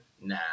nah